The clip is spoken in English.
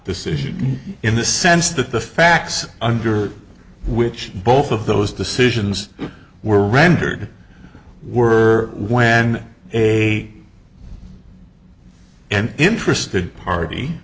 decision in the sense that the facts under which both of those decisions were rendered were when a an interested party